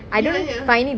ya ya